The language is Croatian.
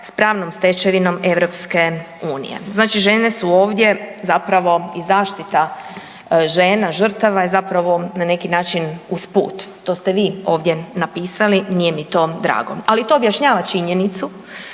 pravnom stečevinom EU. Znači žene su ovdje zapravo i zaštita žena, žrtava je zapravo na neki način usput, to ste vi ovdje napisali, nije mi to drago. Ali to objašnjava činjenicu